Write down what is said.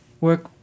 work